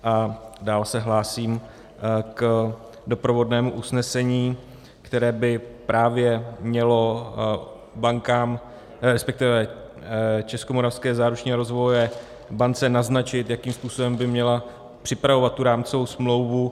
A dále se hlásím k doprovodnému usnesení, které by právě mělo bankám, resp. Českomoravské záruční a rozvojové bance naznačit, jakým způsobem by měla připravovat tu rámcovou smlouvu.